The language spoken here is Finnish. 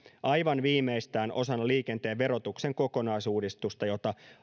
aivan viimeistään osana liikenteen verotuksen kokonaisuudistusta jota